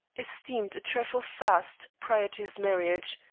esteemed a trifle fast prior to his marriage,